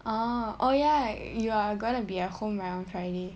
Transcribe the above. uh oh ya you are gonna be a home around on friday